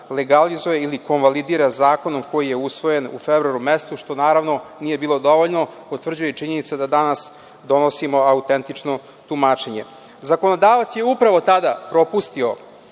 legalizuje ili konvalidira zakonom koji je usvojen u februaru mesecu, što naravno nije bilo dovoljno, potvrđuje i činjenica da danas donosimo autentično tumačenje. Zakonodavac je upravo tada propustio